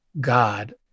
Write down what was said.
God